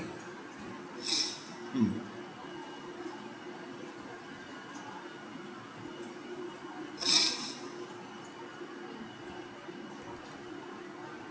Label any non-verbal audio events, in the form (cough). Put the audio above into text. (breath) mm (breath)